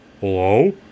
Hello